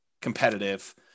competitive